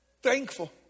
thankful